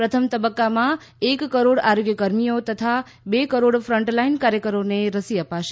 પ્રથમ તબક્કામાં એક કરોડ આરોગ્યકર્મીઓ તથા બે કરોડ ફન્ટલાઇન કાર્યકરોને રસી અપાશે